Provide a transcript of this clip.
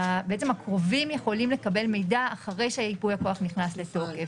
הקרובים יכולים לקבל מידע אחרי שייפוי הכוח נכנס לתוקף,